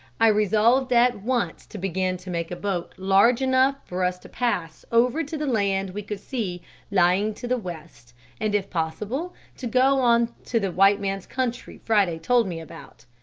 i resolved at once to begin to make a boat large enough for us to pass over to the land we could see lying to the west and if possible to go on to the white man's country friday told me about.